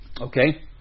Okay